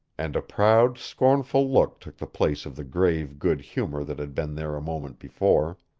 and a proud, scornful look took the place of the grave good humor that had been there a moment before.